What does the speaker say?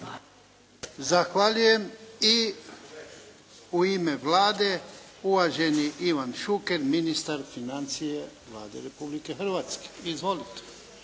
Zahvaljujem. I u ime Vlade, uvaženi Ivan Šuker, ministar financija Vlade Republike Hrvatske. **Šuker,